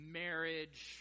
marriage